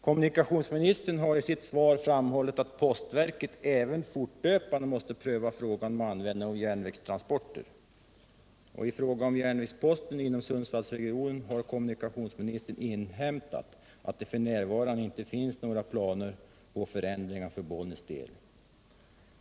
Kommunikationsministern har i sitt svar framhållit att postverket även fortlöpande måste pröva frågan om användning av järnvägstransporter. I fråga om järnvägsposten inom Sundsvallsregionen har kommunikationsministern inhämtat att det f. n. inte finns några planer på förändringar för Bollnäs del.